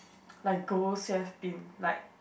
like ghost they have been like